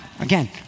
Again